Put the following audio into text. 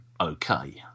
okay